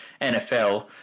NFL